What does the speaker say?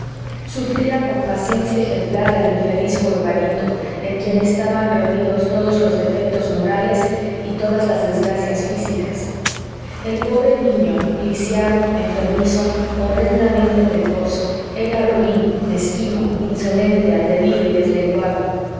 sufría con paciencia ejemplar al infeliz jorobadito en quien estaban reunidos todos los defectos morales y todas las desgracias físicas el pobre niño lisiado enfermizo horrendamente precoz era ruin mezquino insolente atrevido y deslenguado